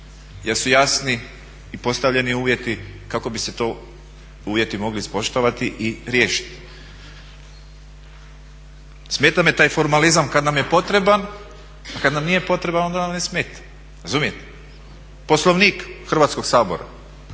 su jasni i postavljeni uvjeti kako bi se to uvjeti mogli ispoštovati i riješiti. Smeta me taj formalizam kad nam je potreban a kad nam nije potreban onda nam ne smeta, razumijete? Poslovnik Hrvatskog sabora